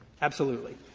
absolutely.